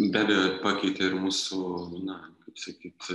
be abejo pakeitė ir mūsų na kaip sakyt